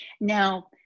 Now